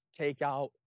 Takeout